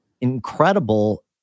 incredible